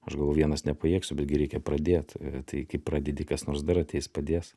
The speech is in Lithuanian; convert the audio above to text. aš gal vienas nepajėgsiu betgi reikia pradėt tai kai pradedi kas nors dar ateis padės